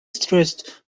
stressed